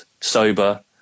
Sober